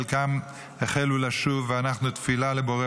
חלקם החלו לשוב ואנחנו תפילה לבורא